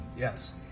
Yes